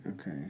okay